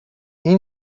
این